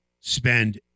spend